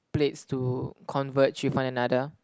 plates to converge with one another